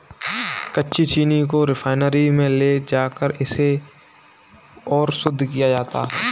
कच्ची चीनी को रिफाइनरी में ले जाकर इसे और शुद्ध किया जाता है